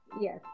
yes